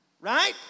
Right